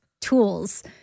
tools